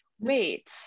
wait